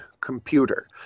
Computer